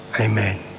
Amen